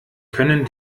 können